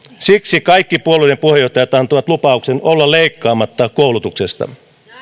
siksi kaikki puolueiden puheenjohtajat antoivat lupauksen olla leikkaamatta koulutuksesta